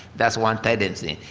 that's one tendency.